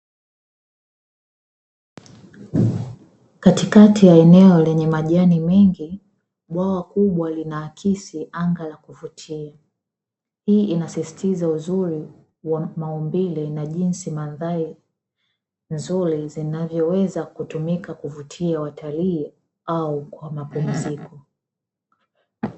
Katikati ya eneo lenye majani mengi bwawa kubwa linaakisi anga la kuvutia, hii inasisitiza uzuri wa maumbile na jinsi mandhari nzuri zinavyoweza kutumika kuvutia watalii au kwa mapumziko.